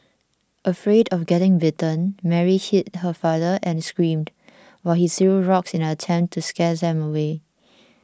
afraid of getting bitten Mary hid her father and screamed while he threw rocks in an attempt to scare them away